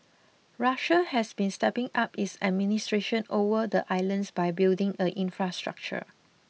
Russia has been stepping up its administration over the islands by building a infrastructure